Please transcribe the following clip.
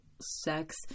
sex